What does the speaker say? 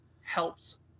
helps